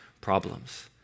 problems